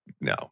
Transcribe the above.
No